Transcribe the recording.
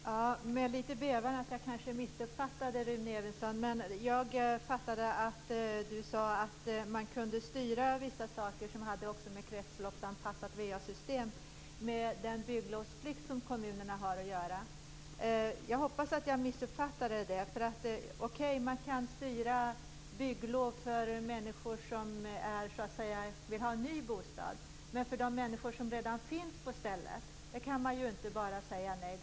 Fru talman! Med litet bävan för att jag kanske missuppfattade Rune Evensson uppfattade jag att man kan styra vissa saker som också har att göra med kretsloppsanpassat va-system med den bygglovsplikt som kommunerna har. Jag hoppas att detta var en missuppfattning. Okej, man kan styra bygglov för människor som vill ha en ny bostad, men till de människor som redan finns på stället kan man ju inte bara säga nej.